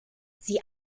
sie